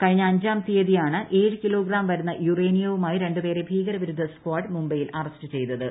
കഴിഞ്ഞ അഞ്ചാം തീയതിയാണ് ഏഴ് കിലോഗ്രാം വരുന്ന യുറേനിയവുമായി രണ്ടുപേരെ ഭീകര വിരുദ്ധ സ്ക്വാഡ് മുംബൈയിൽ അറസ്റ്റ് ചെയ്തത്